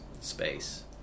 space